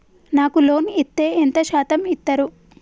నాకు లోన్ ఇత్తే ఎంత శాతం ఇత్తరు?